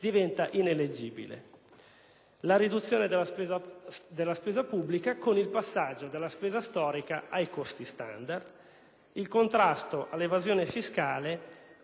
diventa ineleggibile; la riduzione della spesa pubblica con il passaggio dalla spesa storica ai costi standard; il contrasto all'evasione fiscale